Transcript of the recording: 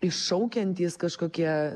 iššaukiantys kažkokie